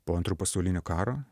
po antrojo pasaulinio karo